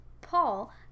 paul